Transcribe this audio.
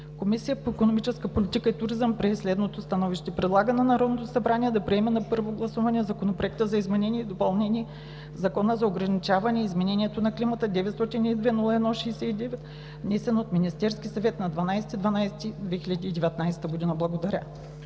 Комисията по икономическа политика и туризъм прие следното становище: Предлага на Народното събрание да приеме на първо гласуване Законопроект за изменение и допълнение на Закона за ограничаване на климата, № 902-01-69, внесен от Министерския съвет на 12 декември 2019 г.“ Благодаря.